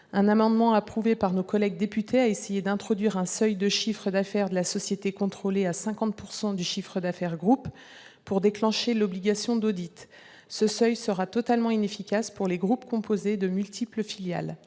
Un amendement, approuvé par nos collègues députés, a tenté d'introduire un seuil de chiffre d'affaires de la société contrôlée à 50 % du chiffre d'affaires du groupe pour déclencher l'obligation d'audit. Ce seuil sera totalement inefficace pour les groupes composés de multiples filiales.